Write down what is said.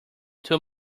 too